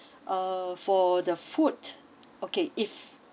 uh for the food okay if